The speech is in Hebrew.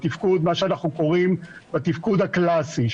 מה שאנחנו קוראים בתפקוד הקלאסי,